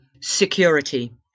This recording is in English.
security